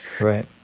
Right